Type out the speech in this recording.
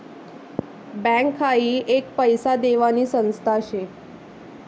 bank हाई एक पैसा देवानी संस्था शे